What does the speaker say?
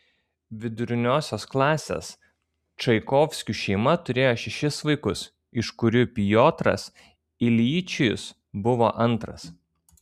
viduriniosios klasės čaikovskių šeima turėjo šešis vaikus iš kurių piotras iljičius buvo antras